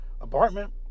apartment